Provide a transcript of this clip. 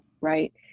Right